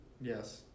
Yes